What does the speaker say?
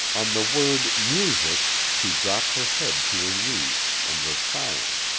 on the word music she dropped her head to her knees and was silent.